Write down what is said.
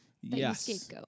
Yes